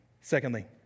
Secondly